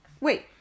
Wait